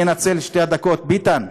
אנצל את שתי הדקות, ביטן,